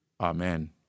amen